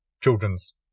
children's